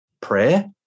prayer